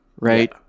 Right